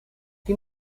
die